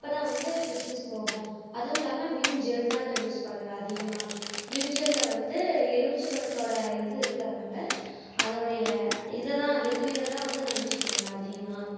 அப்போ தான் வந்து பிசுபிசுப்பு போகும் அதுவும் இல்லாமல் விம் ஜெல் தான் நான் யூஸ் பண்ணுவேன் அதிகமாக விம் ஜெல்லில் வந்து எலுமிச்சப்பழத்தோடய இது இருக்கிறதுனால அதோடைய இதை தான் லிக்யூட தான் வந்து நான் யூஸ் பண்ணுவேன் அதிகமாக